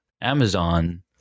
Amazon